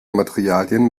materialien